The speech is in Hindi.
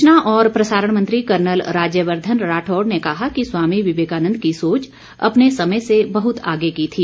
सुचना और प्रसारण मंत्री कर्नल राज्यवर्धन राठौर ने कहा कि स्वामी विवेकानन्द की सोच अपने समय से बहुत आगे की थी